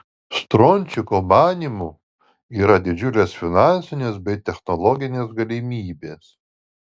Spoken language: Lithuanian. strončiko manymu yra didžiulės finansinės bei technologinės galimybės